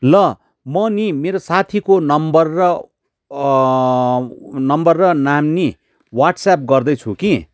ल म नि मेरो साथीको नम्बर र नम्बर र नाम नि वाट्स्याप गर्दैछु कि